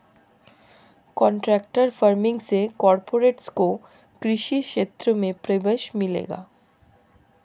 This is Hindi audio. कॉन्ट्रैक्ट फार्मिंग से कॉरपोरेट्स को कृषि क्षेत्र में प्रवेश मिलेगा